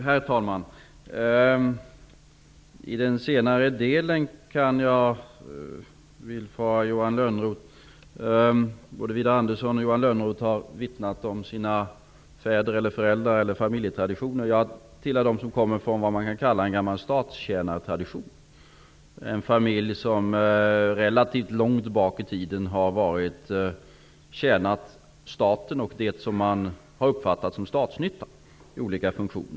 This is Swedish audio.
Herr talman! I den senare delen kan jag villfara Både Widar Andersson och Johan Lönnroth har vittnat om sina fäder och familjetraditioner. Jag tillhör dem som kommer från vad man kan kalla gammal statstjänartradition. Min familj har sedan relativt lång tid tillbaka tjänat staten och det som har uppfattats som statsnyttan i olika funktioner.